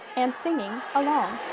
and singing ah yeah